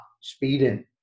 speeding